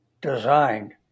designed